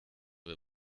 wir